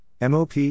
MOP